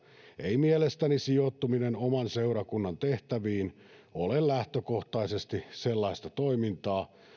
ei mielestäni sijoittuminen oman seurakunnan tehtäviin ole lähtökohtaisesti sellaista toimintaa